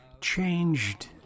changed